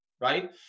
right